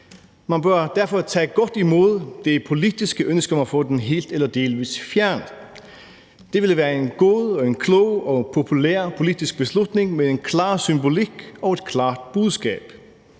Man bør derfor tage godt imod det politiske ønske om at få den helt eller delvis fjernet. Det ville være en god og en klog og en populær politisk beslutning med en klar symbolik og et klart budskab.